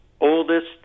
oldest